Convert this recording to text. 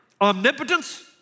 omnipotence